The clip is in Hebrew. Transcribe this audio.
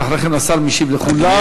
ואחרי כן השר משיב לכולם.